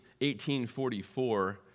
1844